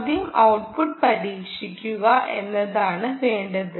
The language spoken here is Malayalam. ആദ്യം ഔട്ട്പുട്ട് പരീക്ഷിക്കുക എന്നതാണ് വേണ്ടത്